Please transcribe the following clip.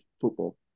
football